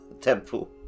temple